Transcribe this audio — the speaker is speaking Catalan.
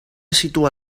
situar